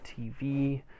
tv